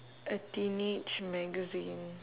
a teenage magazine